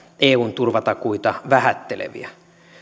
eun turvatakuita vähätteleviä